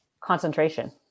concentration